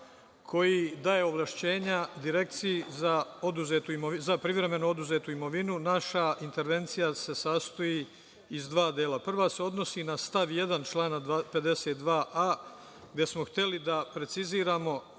koji daje ovlašćenja Direkciji za privremeno oduzetu imovinu. Naša intervencija se sastoji iz dva dela. Prva se odnosi na stav 1. člana 52a gde smo hteli da preciziramo,